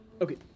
Okay